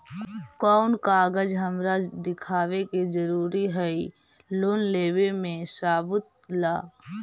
कौन कागज हमरा दिखावे के जरूरी हई लोन लेवे में सबूत ला?